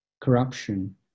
corruption